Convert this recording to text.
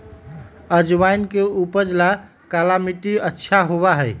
अजवाइन के उपज ला काला मट्टी अच्छा होबा हई